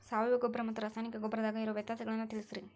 ಸಾವಯವ ಗೊಬ್ಬರ ಮತ್ತ ರಾಸಾಯನಿಕ ಗೊಬ್ಬರದಾಗ ಇರೋ ವ್ಯತ್ಯಾಸಗಳನ್ನ ತಿಳಸ್ರಿ